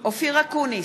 אופיר אקוניס,